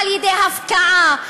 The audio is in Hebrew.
על-ידי הפקעה,